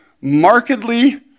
markedly